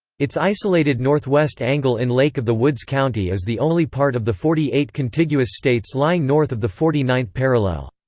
its isolated northwest angle in lake of the woods county is the only part of the forty eight contiguous states lying north of the forty ninth parallel.